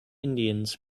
indians